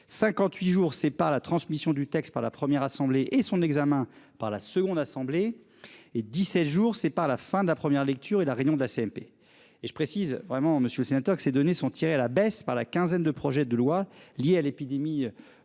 58 jours c'est pas la transmission du texte par la première assemblée et son examen par la seconde assemblée et 17 jours c'est pas la fin de la première lecture et la réunion de la CMP et je précise vraiment Monsieur le Sénateur, que ces données sont tirées à la baisse par la quinzaine de projets de loi liés à l'épidémie.